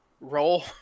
roll